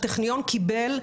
הטכניון קיבל,